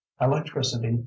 electricity